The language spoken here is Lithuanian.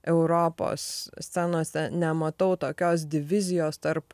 europos scenose nematau tokios divizijos tarp